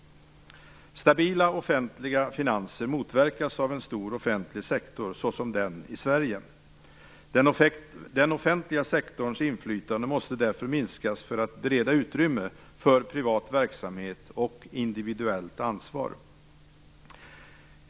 Stabila offentliga finanser motverkas av en stor offentlig sektor såsom den i Sverige. Den offentliga sektorns inflytande måste därför minskas för att bereda utrymme för privat verksamhet och individuellt ansvar.